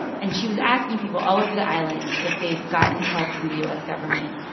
and she was asking people all over the island if they've gotten help from the u s. government.